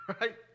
right